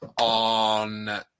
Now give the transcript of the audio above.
on